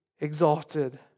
exalted